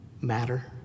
matter